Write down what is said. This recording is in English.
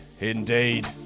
Indeed